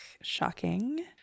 shocking